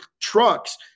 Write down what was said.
trucks